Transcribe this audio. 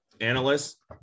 analysts